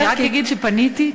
אני רק אגיד שפניתי,